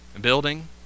building